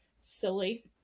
silly